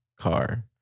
car